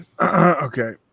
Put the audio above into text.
Okay